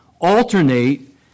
alternate